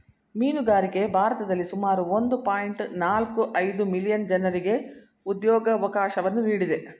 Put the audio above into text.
ಮೀನುಗಾರಿಕೆ ಭಾರತದಲ್ಲಿ ಸುಮಾರು ಒಂದು ಪಾಯಿಂಟ್ ನಾಲ್ಕು ಐದು ಮಿಲಿಯನ್ ಜನರಿಗೆ ಉದ್ಯೋಗವಕಾಶವನ್ನು ನೀಡಿದೆ